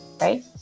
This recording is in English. right